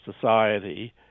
society